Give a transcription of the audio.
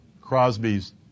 Crosby's